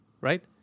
right